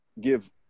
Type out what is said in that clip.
give